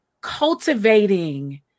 cultivating